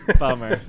bummer